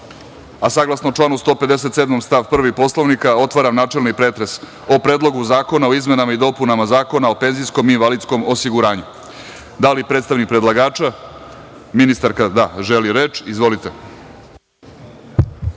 poslanika. Saglasno članu 157. stav 1. Poslovnika, otvaram načelni pretres o Predlogu zakona o izmenama i dopunama Zakona o penzijskom i invalidskom osiguranju. Da li predstavnik predlagača želi reč? (Da.)Izvolite.